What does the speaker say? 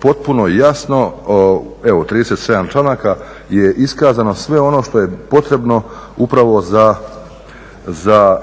potpuno jasno, evo 37 članaka, je iskazano sve ono što je potrebno upravo za